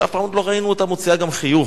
שאף פעם לא ראינו אותה מוציאה חיוך,